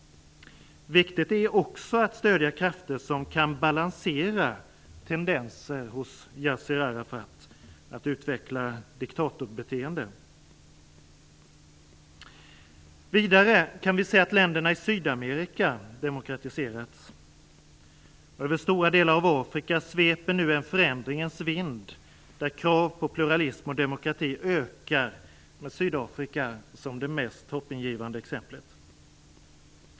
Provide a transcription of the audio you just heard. Viktigt är också att stödja krafter som kan balansera tendenser hos Yassir Arafat att utveckla diktatorbeteende. Vi kan vidare se att länderna i Sydamerika demokratiserats. Också över stora delar av Afrika sveper nu en förändringens vind, där krav på pluralism och demokrati ökar, med Sydafrika som det mest hoppingivande exemplet.